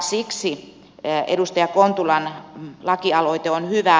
siksi edustaja kontulan lakialoite on hyvä